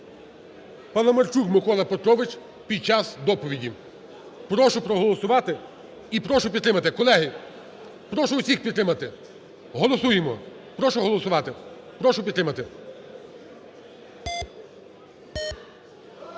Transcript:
Паламарчук Микола Петрович під час доповіді. Прошу проголосувати і прошу підтримати. Колеги, прошу усіх підтримати. Голосуємо! Прошу голосувати, прошу підтримати.